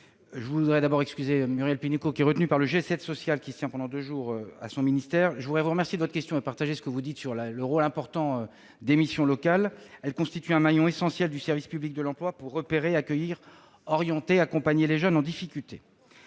je vous prie d'excuser Muriel Pénicaud, qui est retenue par le G7 social qui se tient, pendant deux jours, à son ministère. Je voudrais vous remercier de votre question : je partage vos déclarations sur le rôle important des missions locales, qui constituent un maillon essentiel du service public de l'emploi. Elles permettent de repérer, d'accueillir, d'orienter et d'accompagner les jeunes en difficulté.